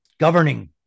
governing